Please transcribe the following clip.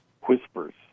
whispers